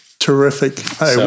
terrific